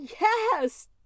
Yes